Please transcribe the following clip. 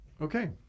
Okay